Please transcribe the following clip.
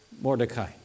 Mordecai